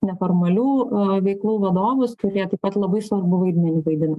neformalių veiklų vadovus kurie taip pat labai svarbų vaidmenį vaidina